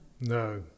No